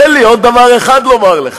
תן לי עוד דבר אחד לומר לך.